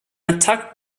attacked